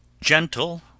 gentle